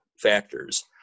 factors